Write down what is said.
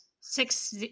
six